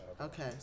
Okay